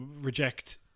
reject